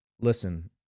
listen